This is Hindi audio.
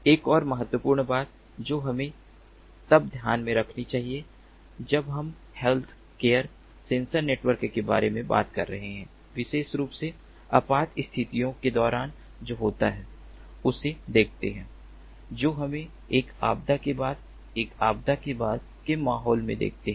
एक और महत्वपूर्ण बात जो हमें तब ध्यान में रखनी चाहिए जब हम हेल्थकेयर सेंसर नेटवर्क के बारे में बात कर रहे हैं विशेष रूप से आपात स्थितियों के दौरान जो होता है उसे देखते हैं जो हमें एक आपदा के बाद एक आपदा के बाद के माहौल में देखते हैं